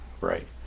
right